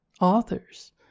authors